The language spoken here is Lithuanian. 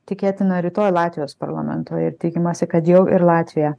tikėtina rytoj latvijos parlamento ir tikimasi kad jau ir latvija